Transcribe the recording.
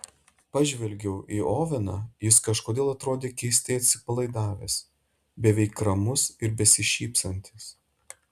pažvelgiau į oveną jis kažkodėl atrodė keistai atsipalaidavęs beveik ramus ir besišypsantis